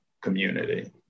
community